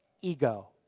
ego